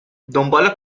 دنبال